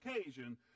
occasion